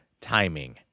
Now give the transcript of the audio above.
timing